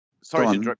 sorry